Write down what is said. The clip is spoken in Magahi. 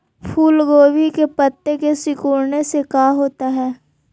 फूल गोभी के पत्ते के सिकुड़ने से का होता है?